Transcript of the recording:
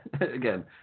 Again